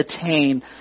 attain